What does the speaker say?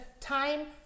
time